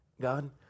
God